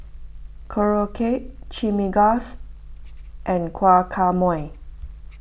Korokke Chimichangas and Guacamole